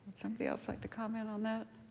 somebody else like to comment on that?